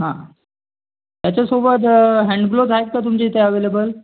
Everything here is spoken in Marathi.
हां याच्यासोबत हँडग्लोज आहेत का तुमच्या इथे ॲवेलेबल